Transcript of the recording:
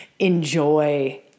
Enjoy